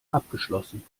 abgeschlossen